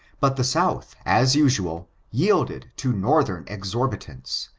but the souths as usual, yielded to northern exorbitance,